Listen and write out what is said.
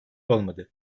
olmadı